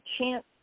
chance